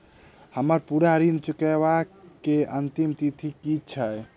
हम्मर पूरा ऋण चुकाबै केँ अंतिम तिथि की छै?